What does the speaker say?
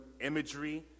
imagery